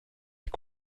est